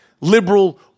liberal